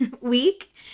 week